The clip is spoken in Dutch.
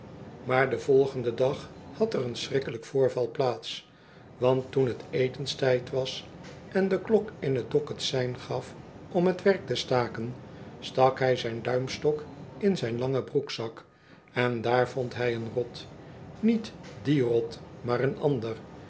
maar den volgenden dag had er een schrikkelijk voorval plaats want toen j t etenstijd was en de klok in t dok het sein gaf om t werk te staken stak hij zijn duimstok in zijn langen broekzak en daar vond hij een rot niet die rot maar een ander